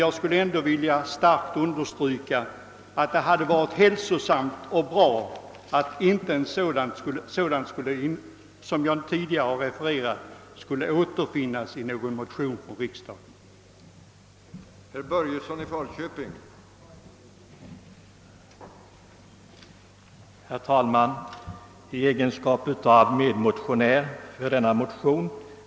Jag skulle ändå vilja kraftigt understryka att det hade varit hälsosamt och bra, om sådant som jag tidigare har refererat inte hade återfunnits i en motion i riksdagen. Jag ber att få yrka bifall till utskottets förslag.